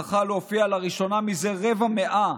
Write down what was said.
הוא זכה להופיע, לראשונה מזה רבע מאה,